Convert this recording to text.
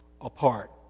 apart